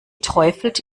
träufelt